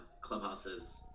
clubhouses